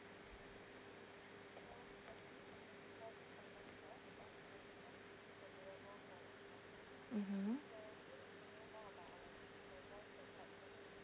mmhmm